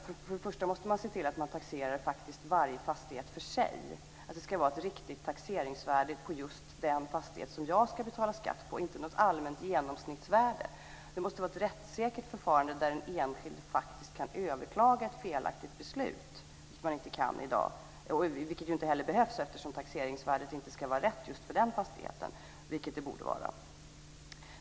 Först och främst måste man se till att man taxerar varje fastighet för sig. Det ska vara ett riktigt taxeringsvärde på just den fastighet som jag ska betala skatt på och inte något allmänt genomsnittsvärde. Det måste vara ett rättssäkert förfarande där en enskild faktiskt kan överklaga ett felaktigt beslut, vilket man inte kan göra i dag och vilket ju inte heller behövs, eftersom taxeringsvärdet inte ska vara rätt just för den fastigheten, vilket det borde vara.